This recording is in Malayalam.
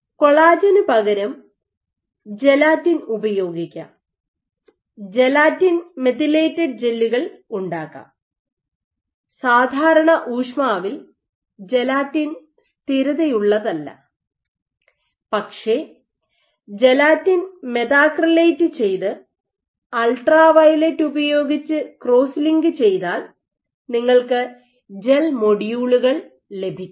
കൊളാജനു പകരം ജെലാറ്റിൻ ഉപയോഗിക്കാം ജെലാറ്റിൻ മെത്തിലേറ്റഡ് ജെല്ലുകൾ ഉണ്ടാക്കാം സാധാരണ ഊഷ്മാവിൽ ജെലാറ്റിൻ സ്ഥിരതയുള്ളതല്ല പക്ഷേ ജെലാറ്റിൻ മെത്താക്രിലേറ്റ് ചെയ്ത് അൾട്രാവയലറ്റ് ഉപയോഗിച്ച് ക്രോസ് ലിങ്ക് ചെയ്താൽ നിങ്ങൾക്ക് ജെൽ മൊഡ്യൂളുകൾ ലഭിക്കും